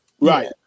Right